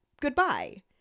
Goodbye